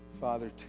Father